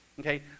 Okay